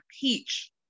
peach